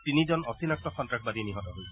তিনিজন অচিনাক্ত সন্ত্ৰাসবাদী নিহত হৈছে